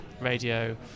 radio